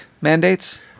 mandates